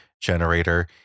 generator